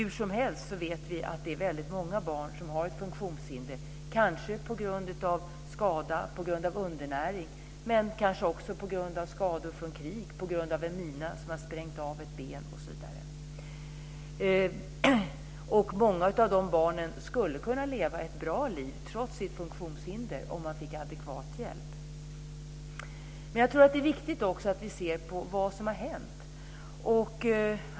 Hursomhelst vet vi att det är väldigt många barn som har ett funktionshinder, kanske på grund av skada eller undernäring men kanske också på grund av skador i krig på grund av en mina som har sprängt av ett ben osv. Många av dessa barn skulle kunna leva ett bra liv trots sitt funktionshinder om de fick adekvat hjälp. Jag tror att det är viktigt att vi också ser på vad som har hänt.